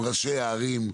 עם ראשי הערים.